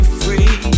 free